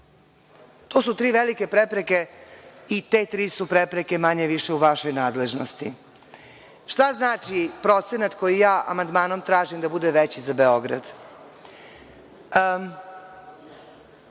To su tri velike prepreke i te tri su prepreke, manje, više, u vašoj nadležnosti. Šta znači, procenat koji ja amandmanom tražim da bude veći za Beograd?